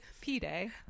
P-Day